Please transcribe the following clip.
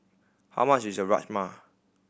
how much is the Rajma